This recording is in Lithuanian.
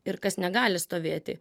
ir kas negali stovėti